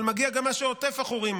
אבל מגיע גם מה שעוטף את החורים,